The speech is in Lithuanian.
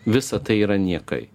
visa tai yra niekai